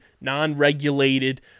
non-regulated